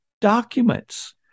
documents